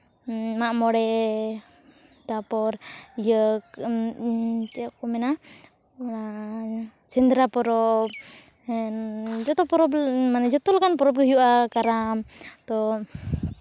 ᱢᱟᱜ ᱢᱚᱬᱮ ᱛᱟᱨᱯᱚᱨ ᱤᱭᱟᱹ ᱪᱮᱫ ᱠᱚ ᱢᱮᱱᱟ ᱥᱮᱸᱫᱽᱨᱟ ᱯᱚᱨᱚᱵᱽ ᱡᱚᱛᱚ ᱯᱚᱨᱚᱵᱽ ᱢᱟᱱᱮ ᱡᱚᱛᱚ ᱞᱮᱠᱟᱱ ᱯᱚᱨᱚᱵᱽ ᱜᱮ ᱦᱩᱭᱩᱜᱼᱟ ᱠᱟᱨᱟᱢ ᱛᱚ